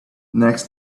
next